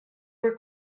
were